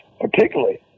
particularly